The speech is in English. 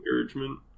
encouragement